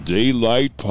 Daylight